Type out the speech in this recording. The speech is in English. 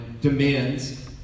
demands